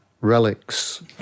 relics